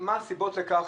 איני יודע מה הסיבות לכך,